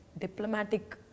diplomatic